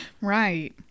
Right